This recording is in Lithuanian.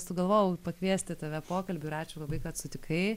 sugalvojau pakviesti tave pokalbių ir ačiū labai kad sutikai